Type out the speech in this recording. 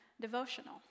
devotional